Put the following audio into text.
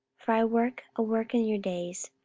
for i work a work in your days,